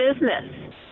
business